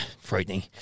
frightening